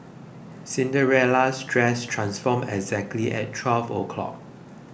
Cinderella's dress transformed exactly at twelve o'clock